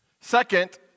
second